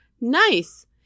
nice